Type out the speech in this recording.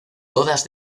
todas